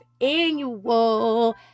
Annual